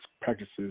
practices